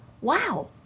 wow